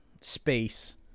space